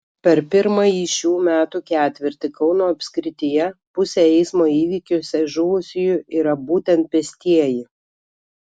per pirmąjį šių metų ketvirtį kauno apskrityje pusė eismo įvykiuose žuvusiųjų yra būtent pėstieji